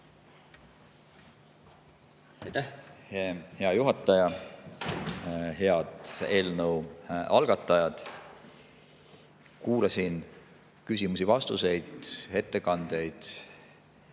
hea juhataja! Head eelnõu algatajad! Kuulasin küsimusi-vastuseid, ettekandeid